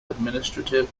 administrative